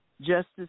Justice